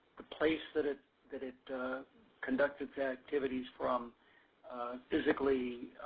the place that it that it conducted the activities from physically,